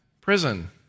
Prison